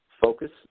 Focus